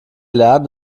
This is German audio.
lernen